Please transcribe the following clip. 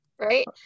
right